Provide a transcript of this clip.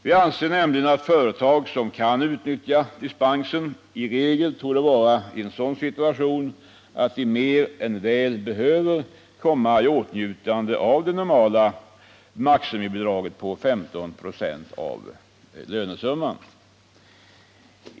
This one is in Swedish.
Vi anser nämligen att företag som kan utnyttja dispensen i regel borde vara i en sådan situation, att de mer än väl behöver komma i åtnjutande av det normala maximibidraget på 15 96 av lönesumman.